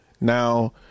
Now